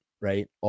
right